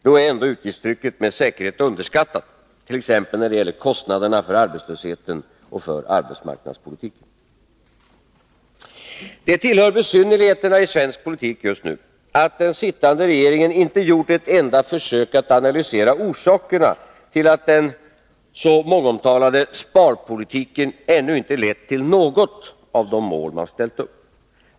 Då är ändå utgiftstrycket med säkerhet underskattat, t.ex. när det gäller kostnaderna för arbetslösheten och för arbetsmarknadspolitiken. Det tillhör besynnerligheterna i svensk politik just nu att den sittande regeringen inte gjort ett enda försök att analysera orsakerna till att den så mångomtalade sparpolitiken ännu inte lett till något av de mål man ställt upp.